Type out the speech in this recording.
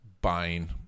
buying